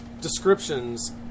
descriptions